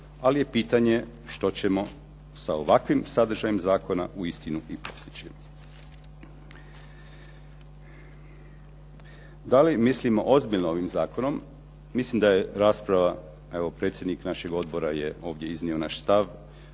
ali je pitanje što ćemo sa ovakvim sadržajem zakona uistinu i postići. Da li mislimo ozbiljno ovim zakonom? Mislim da je rasprava, evo predsjednik našeg odbora je ovdje iznio naš stav,